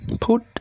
put